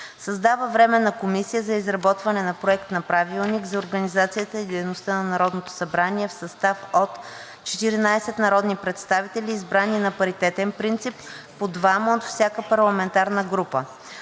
Създава Временна комисия за изработване на Проект на правилник за организацията и дейността на Народното събрание в състав от 14 народни представители, избрани на паритетен принцип – по двама от всяка парламентарна група.